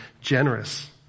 generous